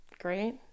great